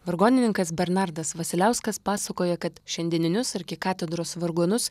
vargonininkas bernardas vasiliauskas pasakoja kad šiandieninius arkikatedros vargonus